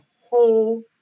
whole